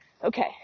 Okay